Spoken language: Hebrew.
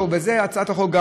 זו הצעת החוק.